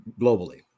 globally